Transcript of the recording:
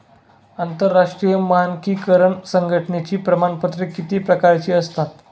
आंतरराष्ट्रीय मानकीकरण संघटनेची प्रमाणपत्रे किती प्रकारची असतात?